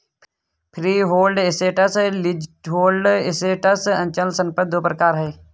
freehold assets, leasehold assets अचल संपत्ति दो प्रकार है